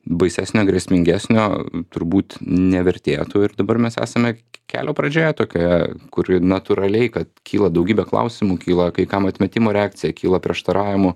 baisesnio grėsmingesnio turbūt nevertėtų ir dabar mes esame kelio pradžioje tokioje kur natūraliai kad kyla daugybė klausimų kyla kai kam atmetimo reakcija kyla prieštaravimų